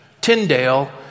Tyndale